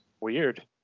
Weird